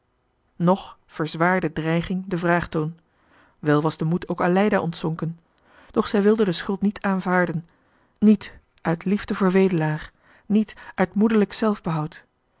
verzwaarde dreiging den vraagtoon wel was ook aleida de moed ontzonken doch zij wilde de schuld niet aanvaarden niet uit liefde voor wedelaar niet uit moederlijk zelfbehoud